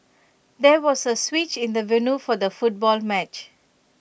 there was A switch in the venue for the football match